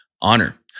honor